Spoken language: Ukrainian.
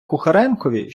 кухаренкові